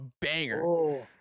banger